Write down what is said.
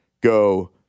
go